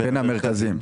בין המרכזים.